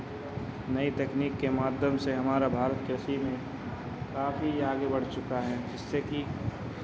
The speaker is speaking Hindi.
नई तकनीक के माध्यम से हमारा भारत कृषि में काफ़ी आगे बढ़ चुका है जिससे कि